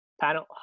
Panel